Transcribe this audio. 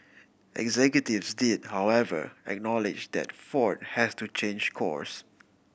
executives did however acknowledge that Ford has to change course